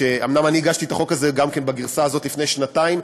אומנם הגשתי את החוק הזה גם בגרסה הזאת לפני שנתיים,